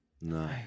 No